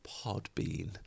Podbean